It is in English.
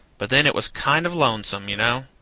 but then it was kind of lonesome, you know.